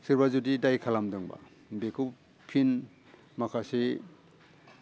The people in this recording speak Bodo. सोरबा जुदि दाय खालामदोंबा बेखौ फिन माखासे